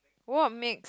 what make